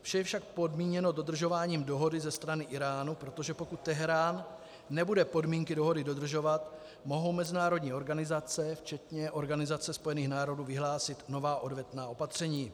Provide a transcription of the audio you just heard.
Vše je však podmíněno dodržováním dohody ze strany Íránu, protože pokud Teherán nebude podmínky dohody dodržovat, mohou mezinárodní organizace včetně Organizace spojených národů vyhlásit nová odvetná opatření.